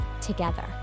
together